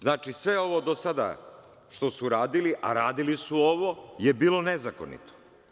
Znači, sve ovo do sada što su radili, a radili su ovo, je bilo nezakonito.